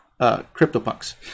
CryptoPunks